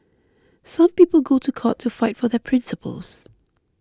some people go to court to fight for their principles